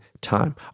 time